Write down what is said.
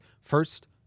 First